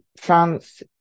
France